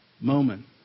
moment